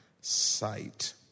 sight